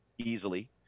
easily